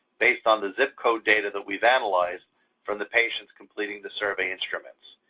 based on the zip code data that we've analyzed from the patients completing the survey instruments.